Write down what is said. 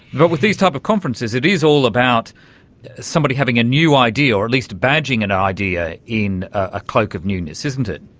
but with these type of conferences it is all about somebody having a new idea or at least badging an idea in a cloak of newness, isn't it.